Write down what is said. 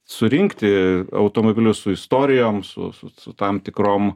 surinkti automobilius su istorijom su su su tam tikrom